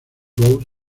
road